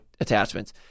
attachments